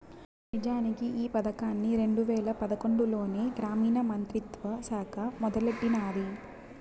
నిజానికి ఈ పదకాన్ని రెండు వేల పదకొండులోనే గ్రామీణ మంత్రిత్వ శాఖ మొదలెట్టినాది